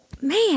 Man